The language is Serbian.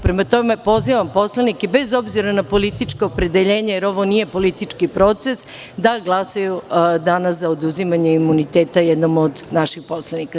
Prema tome, pozivam poslanike bez obzira na političko opredeljenje, jer ovo nije politički proces, da glasaju danas za oduzimanje imuniteta jednom od naših poslanika.